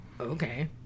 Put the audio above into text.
Okay